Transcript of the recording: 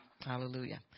hallelujah